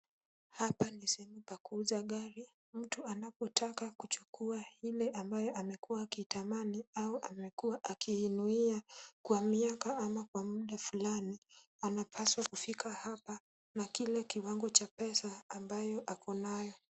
Hapa ni sehemu pa kuuza gari. Mtu anapotaka kuchukua ile ambayo amekuwa akiitamani au amekuwa akiinuia kwa miaka ama kwa muda fulani anapaswa kufika hapa na kile kiwango cha pesa ambayo ako nayo.